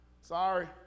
Sorry